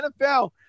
NFL